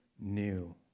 new